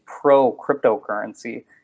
pro-cryptocurrency